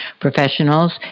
Professionals